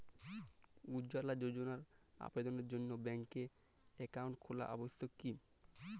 উজ্জ্বলা যোজনার আবেদনের জন্য ব্যাঙ্কে অ্যাকাউন্ট খোলা আবশ্যক কি?